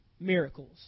miracles